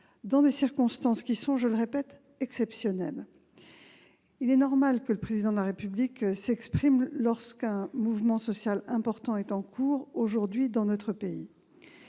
dans des circonstances qui sont, je le répète, exceptionnelles. Il est normal que le Président de la République s'exprime le jour où un mouvement social d'importance est en cours dans notre pays.